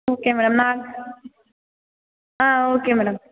okay madam நான் ஆ okay madam